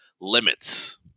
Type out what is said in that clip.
limits